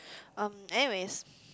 um anyways